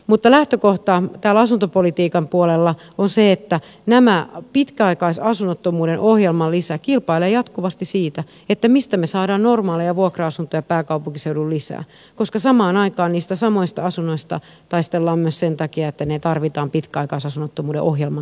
mutta lähtökohta täällä asuntopolitiikan puolella on se että tämän pitkäaikaisasunnottomuuden ohjelma kilpailee jatkuvasti siitä mistä me saamme normaaleja vuokra asuntoja pääkaupunkiseudulle lisää koska samaan aikaan niistä samoista asunnoista taistellaan myös sen takia että ne tarvitaan pitkäaikaisasunnottomuuden ohjelman toteuttamiseen